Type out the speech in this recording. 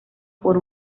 por